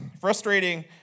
Frustrating